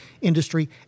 industry